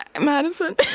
Madison